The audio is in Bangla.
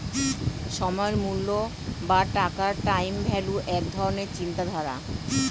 সময়ের মূল্য বা টাকার টাইম ভ্যালু এক ধরণের চিন্তাধারা